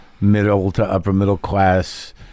middle-to-upper-middle-class